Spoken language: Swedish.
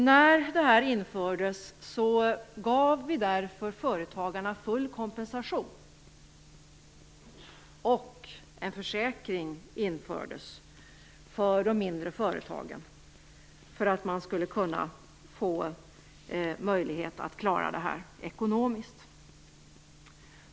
Vid införandet gav vi därför företagarna full kompensation och en försäkring infördes för de mindre företagen för att de skulle klara detta ekonomiskt.